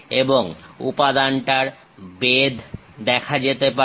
এবং উপাদানটার বেধ দেখা যেতে পারে